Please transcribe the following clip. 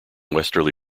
westerly